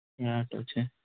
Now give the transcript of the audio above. हाटो छै